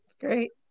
great